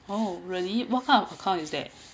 oh really what kind of the car is that